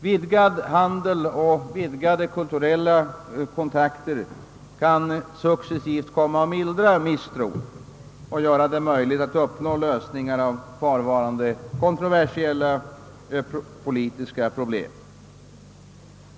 Vidgad handel och utökade kulturella kontakter kan successivt komma att mildra misstron ytterligare och möjliggöra lösningar av kvarstående kontroversiella politiska problem.